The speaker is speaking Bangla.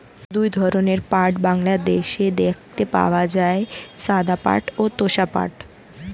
দুই ধরনের পাট বাংলাদেশে দেখতে পাওয়া যায়, সাদা পাট ও তোষা পাট